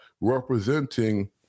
representing